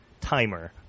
timer